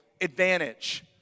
advantage